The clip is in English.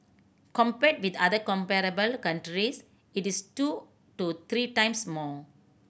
compared with other comparable countries it is two to three times more